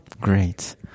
Great